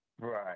right